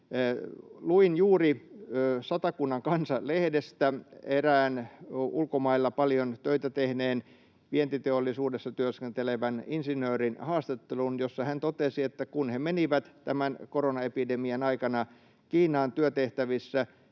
Luin juuri Satakunnan Kansa ‑lehdestä erään ulkomailla paljon töitä tehneen, vientiteollisuudessa työskentelevän insinöörin haastattelun, jossa hän totesi, että kun he menivät tämän koronaepidemian aikana Kiinaan työtehtävissä,